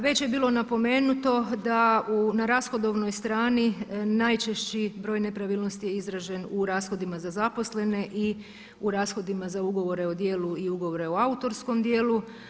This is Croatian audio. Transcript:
Već je bilo napomenuto da na rashodovnoj strani najčešći broj nepravilnosti je izražen u rashodima za zaposlene i u rashodima za ugovore o djelu i ugovore o autorskom djelu.